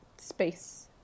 space